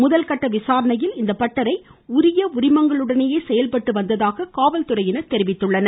முதல்கட்ட விசாரணையில் இந்த பட்டறை உரிய உரிமங்களுடனே செயல்பட்டு வந்ததாகவும் காவல்துறையினர் தெரிவித்தனர்